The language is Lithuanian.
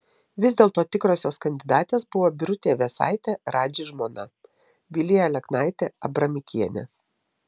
vis dėlto tikrosios kandidatės buvo birutė vėsaitė radži žmona vilija aleknaitė abramikienė